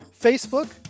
Facebook